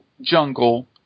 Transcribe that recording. jungle